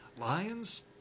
Lions